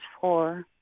four